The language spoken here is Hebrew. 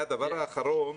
והדבר האחרון,